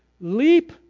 Leap